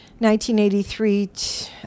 1983